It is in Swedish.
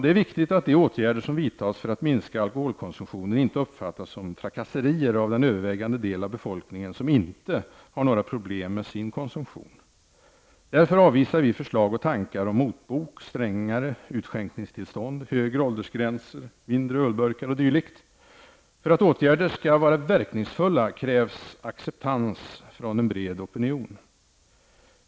Det är viktigt att de åtgärder som vidtas för att minska alkoholkonsumtionen inte uppfattas som trakasserier av den övervägande del av befolkningen som inte har några problem med sin konsumtion. Därför avvisar vi förslag och tankar om motbok, strängare utskänkningstillstånd, högre åldersgränser, mindre ölburkar o.d. För att åtgärder skall vara verkningsfulla krävs acceptans från en bred opinion.